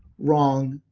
wrong.